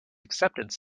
acceptance